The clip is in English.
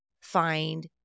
find